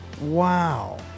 Wow